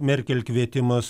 merkel kvietimas